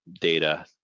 data